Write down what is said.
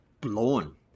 blown